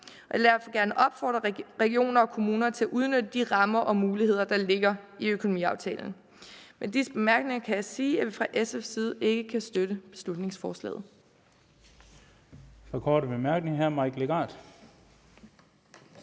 Jeg vil derfor gerne opfordre regioner og kommuner til at udnytte de rammer og muligheder, der ligger i økonomiaftalen. Med disse bemærkninger kan jeg sige, at vi fra SF's side ikke kan støtte beslutningsforslaget.